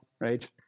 right